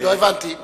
לא הבנתי.